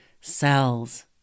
cells